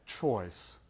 choice